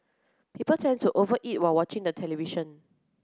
people tend to over eat while watching the television